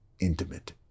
intimate